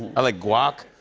i like guac.